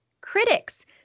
critics